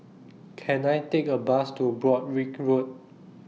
Can I Take A Bus to Broadrick Road